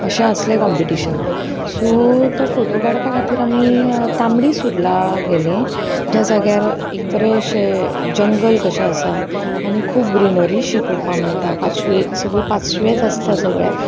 अशें आसलें कॉम्पिटिशनान सो तो फोटो काडपा खातीर आमी तांबडी सुरला गेली ज्या जाग्यार एक बरें अशें जंगल कशें आसा आनी खूब ग्रिनरी शी पळोवपा मेळटा पांचवी सगळीं पांचवेंच आसता सगळ्याक